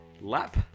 lap